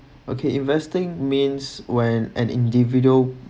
okay investing means when an individual